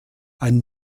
ein